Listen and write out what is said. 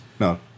No